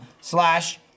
slash